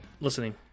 listening